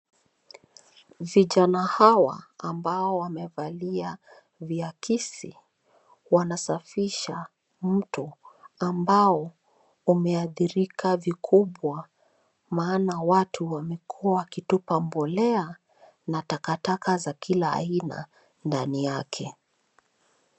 Vijana hawa ambao wamevalia vyakisi wanasafisha mto ambao umeadhirika vikubwa maana watu wamekuwa wakitupa mbolea na taka taka za kila aina ndani yake.